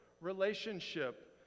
relationship